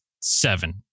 seven